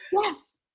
Yes